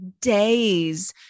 days